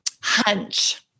hunch